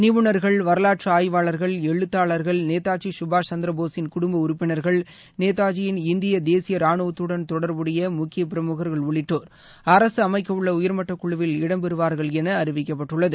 நிபுணர்கள் வரலாற்று ஆய்வாளர்கள் எழுத்தாளர்கள் நேதாஜி சுபாஷ் சந்திர போஸின் குடும்ப உறுப்பினர்கள் நேதாஜியிள் இந்திய தேசிய ரானுவத்துடள் தொடர்புடைய முக்கிய பிரமுகர்கள் உள்ளிட்டோர் அரசு அமைக்கவுள்ள உயர்மட்ட குழுவில் இடம்பெறுவார்கள் என அறிவிக்கப்பட்டுள்ளது